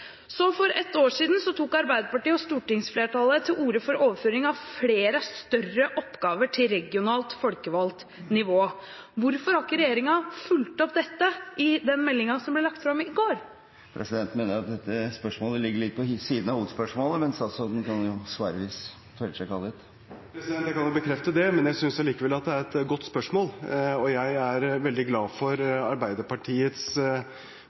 så for ett år siden tok Arbeiderpartiet og stortingsflertallet til orde for overføring av flere større oppgaver til regionalt folkevalgt nivå. Hvorfor har ikke regjeringen fulgt opp dette i den meldingen som ble lagt fram i går? Presidenten mener at dette spørsmålet ligger litt på siden av hovedspørsmålet, men statsråden kan jo svare hvis han føler seg kallet. Jeg kan bekrefte det, men jeg synes allikevel at det er et godt spørsmål, og jeg er veldig glad for